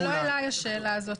לא אליי השאלה הזאת.